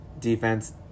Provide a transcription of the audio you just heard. Defense